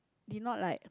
did not like